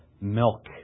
milk